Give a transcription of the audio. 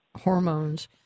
hormones